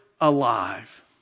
alive